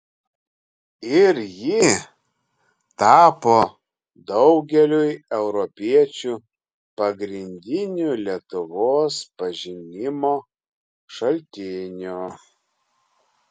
ir ji tapo daugeliui europiečių pagrindiniu lietuvos pažinimo šaltiniu